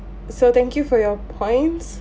so thank you for your points